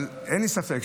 אבל אין לי ספק,